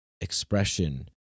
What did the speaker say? expression